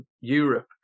Europe